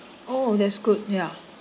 oh that's good yeah